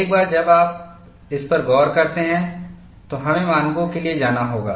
एक बार जब आप इस पर गौर करते हैं तो हमें मानकों के लिए जाना होगा